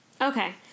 Okay